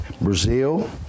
Brazil